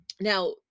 Now